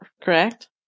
correct